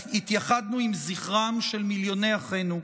והתייחדנו עם זכרם של מיליוני אחינו.